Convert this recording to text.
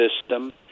system